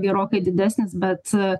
gerokai didesnis bet